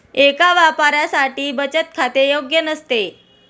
एका व्यापाऱ्यासाठी बचत खाते योग्य नसते